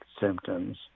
symptoms